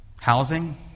Housing